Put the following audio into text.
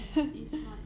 is is not